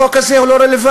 החוק הזה הוא לא רלוונטי,